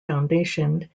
foundation